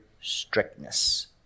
strictness